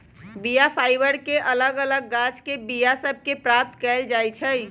बीया फाइबर के अलग अलग गाछके बीया सभ से प्राप्त कएल जाइ छइ